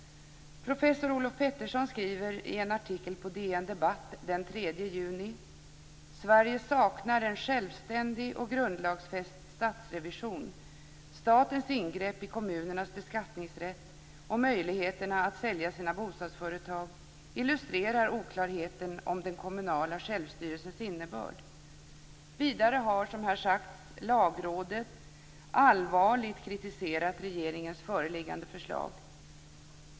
Professor Olof Petersson skriver i en artikel på "Sverige saknar en självständig och grundlagsfäst statsrevision. Statens ingrepp i kommunernas beskattningsrätt och möjligheterna att sälja sina bostadsföretag illustrerar oklarheten om den kommunala självstyrelsens innebörd." Vidare har, som här sagts, Lagrådet allvarligt kritiserat regeringens föreliggande förslag.